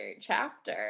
chapter